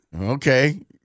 Okay